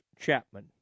Chapman